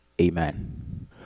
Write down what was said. amen